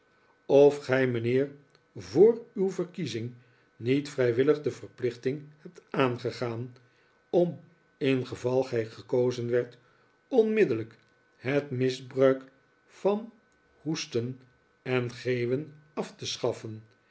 of gij mijnheer voor uw verkiezing niet vrijwillig de verplichting hebt aangegaan om ingeval gij gekozen werdt onmiddellijk het misbruik van hoesten en geeuwen af te schaffen